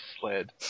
sled